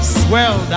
swell